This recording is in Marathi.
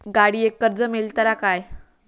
गाडयेक कर्ज मेलतला काय?